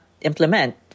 implement